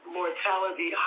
mortality